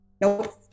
Nope